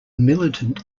militant